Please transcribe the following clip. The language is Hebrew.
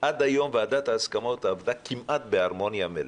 עד היום ועדת ההסכמות עבדה כמעט בהרמוניה מלאה.